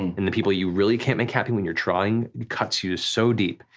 and the people you really can't make happy when you're trying, it cuts you so deep,